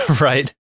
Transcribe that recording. right